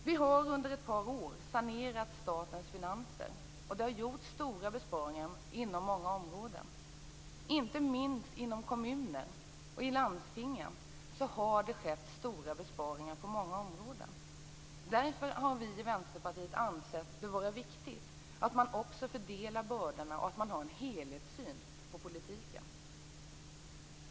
Vi har under ett par år sanerat statens finanser, och det har gjorts stora besparingar inom många områden. Inte minst inom kommunerna och landstingen har det skett stora besparingar på många områden. Därför har vi i Vänsterpartiet ansett det vara viktigt att man också fördelar bördorna och att man har en helhetssyn på politiken.